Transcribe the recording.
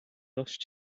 lost